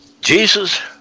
Jesus